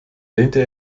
lehnte